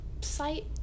site